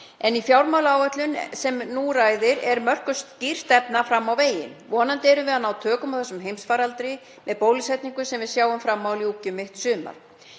en í fjármálaáætlun, sem nú um ræðir, er mörkuð skýr stefna fram á veginn. Vonandi erum við að ná tökum á þessum heimsfaraldri með bólusetningum sem við sjáum fram á að ljúki um mitt sumar.